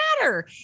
matter